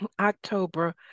October